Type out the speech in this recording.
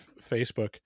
Facebook